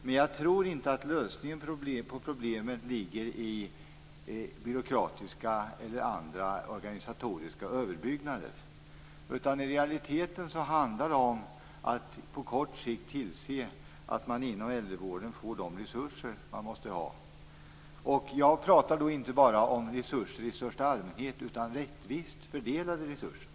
Men jag tror inte att lösningen på problemet ligger i byråkratiska eller andra organisatoriska överbyggnader. I realiteten handlar det om att på kort sikt tillse att man inom äldrevården får de resurser som man måste ha. Jag talar då inte bara om resurser i största allmänhet utan om rättvist fördelade resurser.